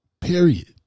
Period